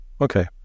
okay